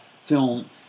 film